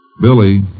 Billy